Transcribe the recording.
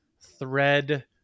Thread